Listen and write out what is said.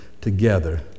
together